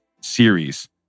series